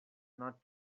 not